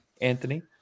Anthony